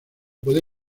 puede